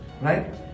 right